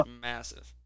massive